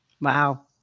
Wow